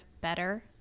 better